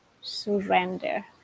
surrender